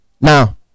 Now